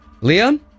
Leon